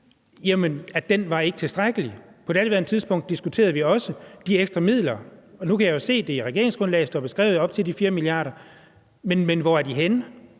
ikke var tilstrækkelig. På daværende tidspunkt diskuterede vi også de ekstra midler, og nu kan jeg jo se, at der i regeringsgrundlaget står beskrevet med op til de 4 mia. kr. – men hvor er de henne?